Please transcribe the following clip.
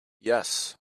yes